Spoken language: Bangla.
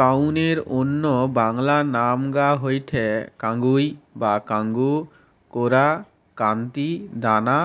কাউনের অন্য বাংলা নামগা হয়ঠে কাঙ্গুই বা কাঙ্গু, কোরা, কান্তি, দানা